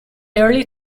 early